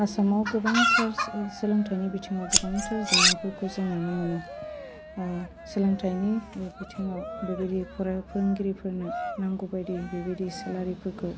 आसामाव गोबां थार्स सोलोंथाइनि बिथिङाव गोबांथार जेंनाफोरखौ जों नुनो मोनो सोलोंथाइनि बिथिङाव बेबायदि फराय फोरोंगिरिफोरनो नांगौबायदि बेबायदि सेलारिफोरखौ